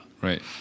Right